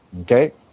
Okay